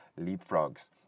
leapfrogs